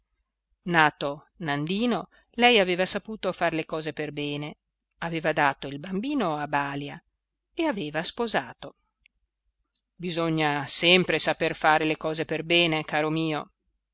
nato nandino lei aveva saputo far le cose per bene aveva dato il bambino a balia e aveva sposato bisogna sempre saper fare le cose per bene caro mio